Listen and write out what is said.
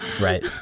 Right